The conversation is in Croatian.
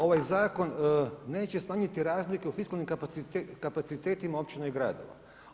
Ovaj zakon neće smanjiti razliku u fiskalnim kapacitetima općina i gradova.